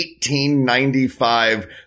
1895